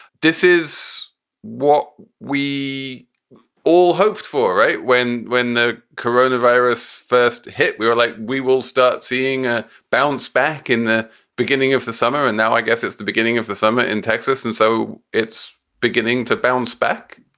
this is what we all hoped for, right? when when the corona virus first hit, we were like, we will start seeing a bounce back in the beginning of the summer. and now i guess it's the beginning of the summer in texas. and so it's beginning to bounce back